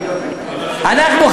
אנחנו,